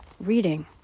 reading